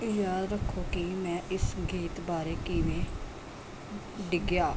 ਯਾਦ ਰੱਖੋ ਕਿ ਮੈਂ ਇਸ ਗੀਤ ਬਾਰੇ ਕਿਵੇਂ ਡਿੱਗਿਆ